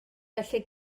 felly